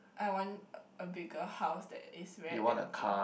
I want a bigger house that is very empty